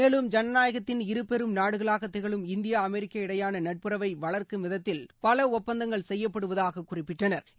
மேலும் ஜனநாயகத்தின் இரு பெரும் நாடுகளாக திகழும் இந்தியா அமெரிக்கா இடையேயான நட்புறவை வளாக்கும் விதத்தில் பல ஒப்பந்தங்கள் செய்யப்படுவதாக குறிப்பிட்டனா்